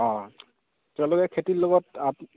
অঁ তেওঁলোকে খেতিৰ লগত